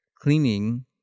cleaning